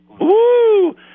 Woo